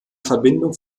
verbindung